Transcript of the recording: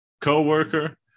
Co-worker